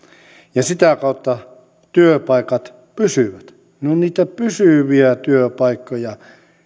ja sitä kautta työpaikat pysyvät ne ovat niitä pysyviä työpaikkoja